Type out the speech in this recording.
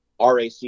RAC